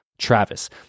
Travis